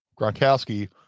Gronkowski